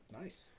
Nice